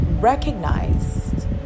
recognized